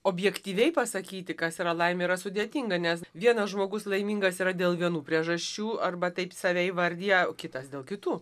objektyviai pasakyti kas yra laimė yra sudėtinga nes vienas žmogus laimingas yra dėl vienų priežasčių arba taip save įvardija o kitas dėl kitų